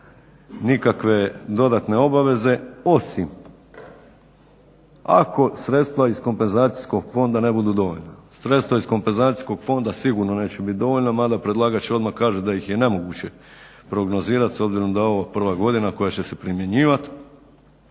nikakve dodatne obaveze, osim ako sredstva iz kompenzacijskog fonda ne budu dovoljna. Sredstva iz kompenzacijskog fonda sigurno neće biti dovoljna mada predlagač odmah kaže da ih je nemoguće prognozirati s obzirom da je ovo prva godina koja će se primjenjivati